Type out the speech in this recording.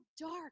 dark